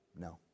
No